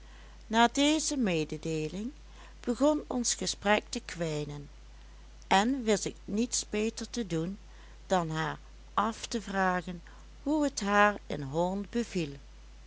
na deze mededeeling begon ons gesprek te kwijnen en wist ik niets beters te doen dan haar af te vragen hoe t haar in holland beviel